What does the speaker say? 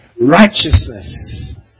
righteousness